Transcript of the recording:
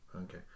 Okay